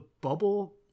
bubble